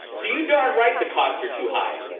so you darn right the costs are too high.